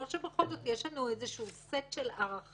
אבל אני חושבת שבכל זאת יש לנו איזשהו סט של ערכים,